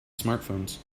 smartphones